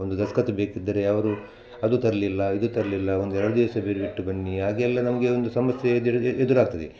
ಒಂದು ದಸ್ಕತ್ ಬೇಕಿದ್ದರೆ ಅವರು ಅದು ತರಲಿಲ್ಲ ಇದು ತರಲಿಲ್ಲ ಒಂದು ಎರಡು ದಿವಸ ಬಿರ್ವಿಟ್ಟು ಬನ್ನಿ ಹಾಗೆಲ್ಲ ನಮಗೆ ಒಂದು ಸಮಸ್ಯೆ ಎದುರದ್ ಎದುರಾಗ್ತದೆ